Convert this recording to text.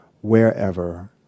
wherever